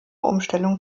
umstellung